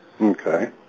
okay